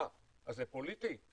אז זה פוליטי?